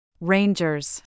Rangers